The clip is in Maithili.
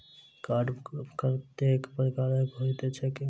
कार्ड कतेक प्रकारक होइत छैक?